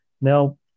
Now